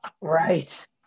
Right